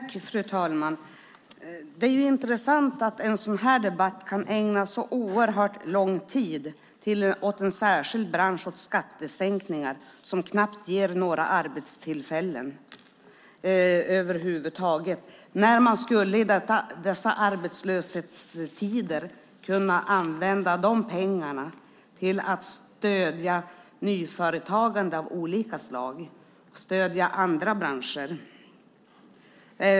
Fru talman! Det är intressant att en sådan här debatt kan ägna så oerhört lång tid åt skattesänkningar i en särskild bransch som knappt ger några arbetstillfällen. I dessa arbetslöshetstider skulle man kunna använda pengarna till att stödja nyföretagande av olika slag och stödja andra branscher.